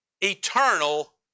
eternal